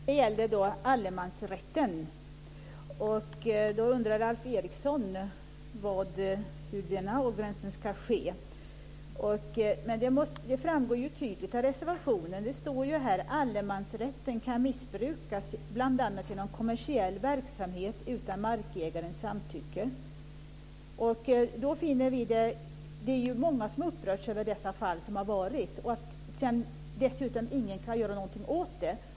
Herr talman! Beträffande allemansrätten undrade Alf Eriksson hur denna avgränsning ska ske. Men det framgår ju tydligt av reservationen. Det står ju att allemansrätten kan missbrukas, bl.a. genom kommersiell verksamhet utan markägarens samtycke. Det är ju många som har upprörts över de fall som har förekommit. Dessutom kan ingen göra något åt detta.